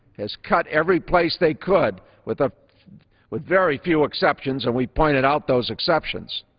has cut every place they could with ah with very few exceptions and we point ded out those exceptions,